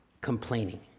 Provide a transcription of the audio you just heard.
Complaining